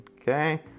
Okay